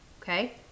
Okay